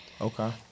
Okay